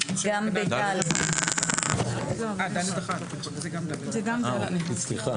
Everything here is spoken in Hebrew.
אלא הסכנה